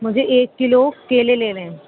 مجھے ایک کلو کیلے لینے ہیں